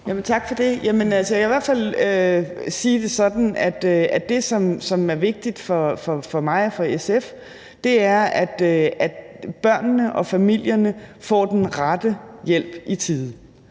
Tak for det. Jeg vil i hvert fald sige det sådan, at det, som er vigtigt for mig og for SF, er, at børnene og familierne får den rette hjælp i tide.